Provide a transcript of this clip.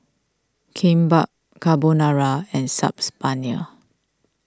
Kimbap Carbonara and Saag's Paneer